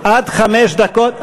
עד חמש דקות.